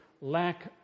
lack